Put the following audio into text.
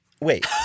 wait